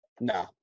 no